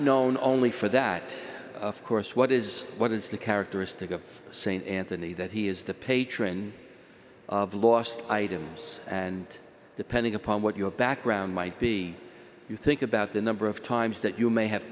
known only for that of course what is what is the characteristic of st anthony that he is the patron of lost items and depending upon what your background might be you think about the number of times that you may have